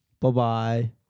Bye-bye